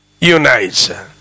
unites